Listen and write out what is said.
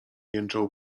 jęczał